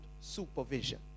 supervision